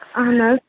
اہَن حظ